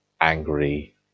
angry